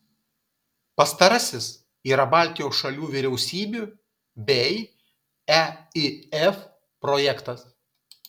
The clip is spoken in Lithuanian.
pastarasis yra baltijos šalių vyriausybių bei eif projektas